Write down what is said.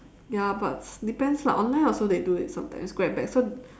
ya but depends lah online also they do it sometimes grab bag so